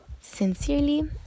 sincerely